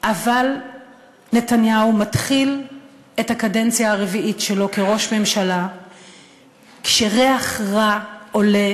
אבל נתניהו מתחיל את הקדנציה הרביעית שלו כראש ממשלה כשריח רע עולה